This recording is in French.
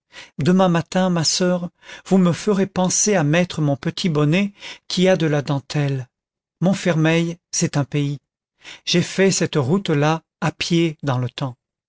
demain matin ma soeur vous me ferez penser à mettre mon petit bonnet qui a de la dentelle montfermeil c'est un pays j'ai fait cette route là à pied dans le temps